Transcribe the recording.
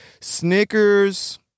Snickers